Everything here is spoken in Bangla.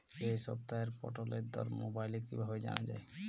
এই সপ্তাহের পটলের দর মোবাইলে কিভাবে জানা যায়?